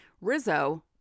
Rizzo